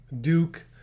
Duke